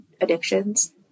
addictions